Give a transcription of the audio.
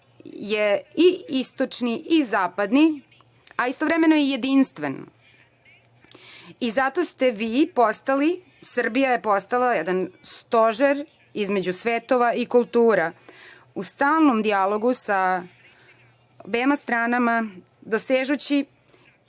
je i istočni i zapadni, a istovremeno je i jedinstven. Zato ste vi postali, Srbija je postala jedan stožer između svetova i kultura, u stalnom dijalogu sa obema stranama, dosežući